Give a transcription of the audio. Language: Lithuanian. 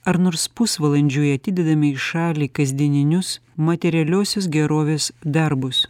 ar nors pusvalandžiui atidedame į šalį kasdieninius materialiosios gerovės darbus